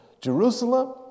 Jerusalem